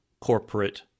corporate